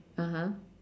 (uh huh)